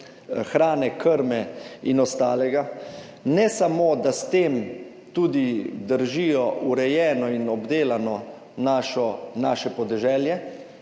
hrane, krme in ostalega, ne samo, da s tem tudi držijo urejeno in obdelano naše podeželje,